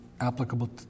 applicable